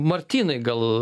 martynai gal